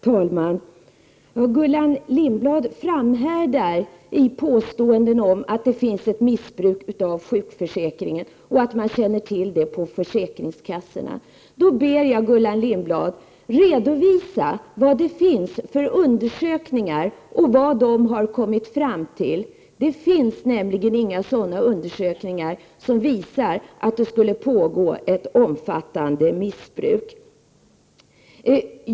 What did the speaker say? Herr talman! Gullan Lindblad framhärdar i påståendena om att det sker missbruk av sjukförsäkringen och att man känner till det på försäkringskassorna. Då ber jag Gullan Lindblad: Redovisa vad det finns för undersökningar och vad de har kommit fram till! Det finns nämligen inga undersökningar som visar att det skulle pågå ett omfattande missbruk.